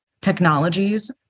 technologies